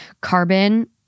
carbon